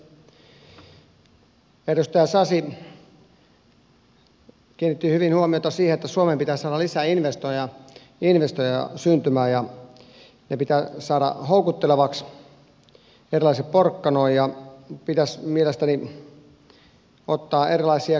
edustaja sasi kiinnitti hyvin huomiota siihen että suomeen pitää saada lisää investointeja syntymään ja ne pitää saada houkuttelevaksi erilaisin porkkanoin ja pitäisi mielestäni ottaa erilaisia keinoja käyttöön